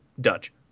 Dutch